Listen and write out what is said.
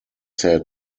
said